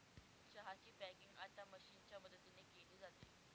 चहा ची पॅकिंग आता मशीनच्या मदतीने केली जाते